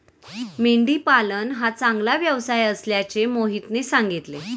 मेंढी पालन हा चांगला व्यवसाय असल्याचे मोहितने सांगितले